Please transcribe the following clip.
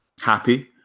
happy